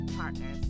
partners